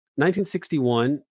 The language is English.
1961